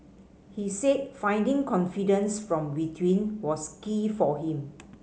he said finding confidence from within was key for him